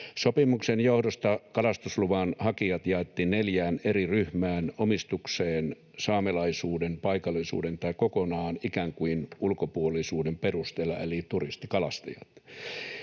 Sopimuksen johdosta kalastusluvan hakijat jaettiin neljään eri ryhmään omistuksen, saamelaisuuden, paikallisuuden tai kokonaan ikään kuin ulkopuolisuuden perusteella, eli turistikalastajat.